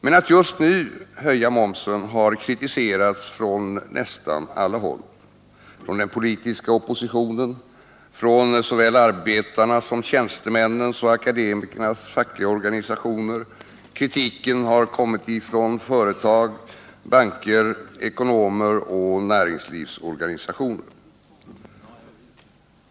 Men att just nu höja momsen har kritiserats från nästan alla håll: av den politiska oppositionen, av såväl arbetarnas som tjänstemännens och akademikernas fackliga organisationer, av företag. banker, ekonomer och näringslivsorganisationer.